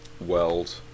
world